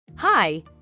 hi